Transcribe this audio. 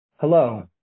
Hello